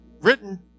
written